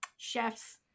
chef's